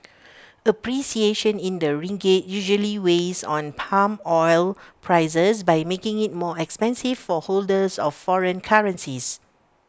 appreciation in the ringgit usually weighs on palm oil prices by making IT more expensive for holders of foreign currencies